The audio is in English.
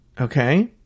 okay